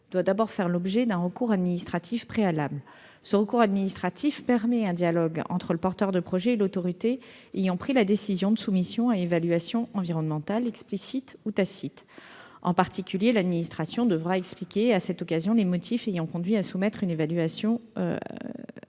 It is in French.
doit d'abord faire l'objet d'un recours administratif préalable. Ce recours administratif permet un dialogue entre le porteur de projet et l'autorité ayant pris la décision de soumission à évaluation environnementale, explicite ou tacite. En particulier, l'administration devra expliquer à cette occasion les motifs ayant conduit à soumettre à une évaluation